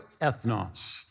ethnos